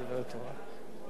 כנסת נכבדה,